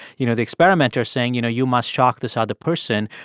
you know, the experimenter saying, you know, you must shock this other person.